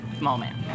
moment